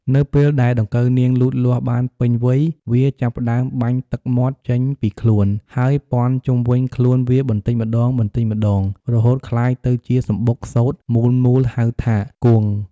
នៅពេលដែលដង្កូវនាងលូតលាស់បានពេញវ័យ វាចាប់ផ្ដើមបាញ់ទឹកមាត់ចេញពីខ្លួន ហើយព័ន្ធជុំវិញខ្លួនវាបន្តិចម្ដងៗ រហូតក្លាយទៅជាសំបុកសូត្រមូលៗហៅថា "គួង"។